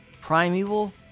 primeval